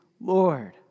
Lord